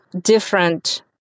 different